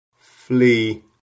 flee